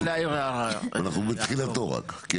אנחנו בתחילתו רק.